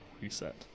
reset